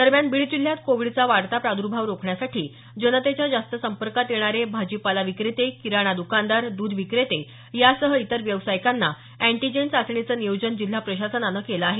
दरम्यान बीड जिल्ह्यात कोविडचा वाढता प्रादर्भाव रोखण्यासाठी जनतेच्या जास्त संपर्कात येणारे भाजीपाला विक्रेते किराणा दुकानदार दूध विक्रेते यासह इतर व्यावसायिकांच्या अँटिजेन चाचणीचं नियोजन जिल्हा प्रशासनानं केलं आहे